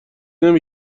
نمی